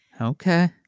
Okay